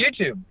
YouTube